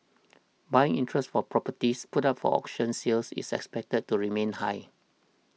buying interest for properties put up for auction sale is expected to remain high